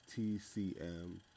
TCM